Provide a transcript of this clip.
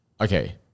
okay